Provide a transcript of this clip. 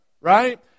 right